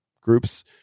groups